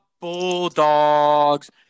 Bulldogs